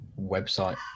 website